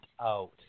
out